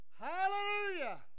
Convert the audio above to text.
Hallelujah